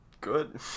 Good